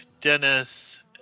Dennis